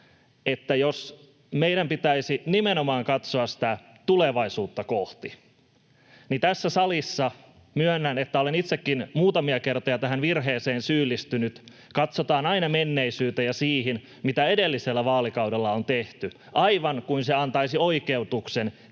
jos meidän pitäisi nimenomaan katsoa sitä tulevaisuutta kohti — myönnän, että olen itsekin muutamia kertoja tähän virheeseen syyllistynyt — niin tässä salissa katsotaan aina menneisyyteen ja siihen, mitä edellisellä vaalikaudella on tehty, aivan kuin se antaisi oikeutuksen